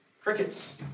crickets